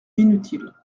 inutile